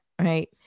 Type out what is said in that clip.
Right